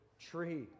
tree